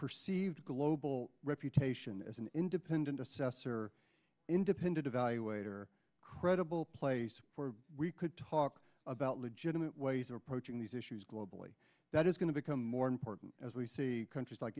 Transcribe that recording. perceived global reputation as an independent assessor independent evaluator credible place for we could talk about legitimate ways of approaching these issues globally that is going to become more important as we see countries like